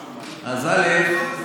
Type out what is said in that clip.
אז, א.